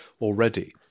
already